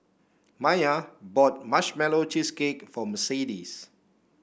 Maiya bought Marshmallow Cheesecake for Mercedes